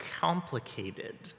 complicated